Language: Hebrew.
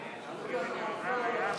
הוועדה,